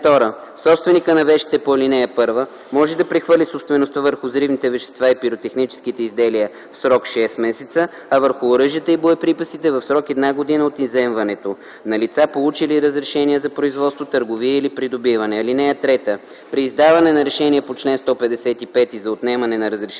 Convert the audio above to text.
Собственикът на вещите по ал. 1 може да прехвърли собствеността върху взривните вещества и пиротехническите изделия в срок 6 месеца, а върху оръжията и боеприпасите – в срок една година от изземването, на лица, получили разрешения за производство, търговия или придобиване. (3) При издаване на решение по чл. 155 за отнемане на разрешение